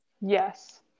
Yes